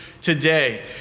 today